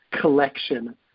collection